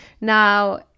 Now